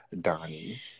Donnie